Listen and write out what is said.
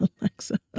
alexa